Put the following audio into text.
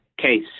case